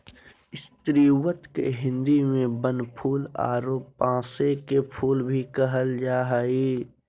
स्रीवत के हिंदी में बनफूल आरो पांसे के फुल भी कहल जा हइ